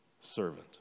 servant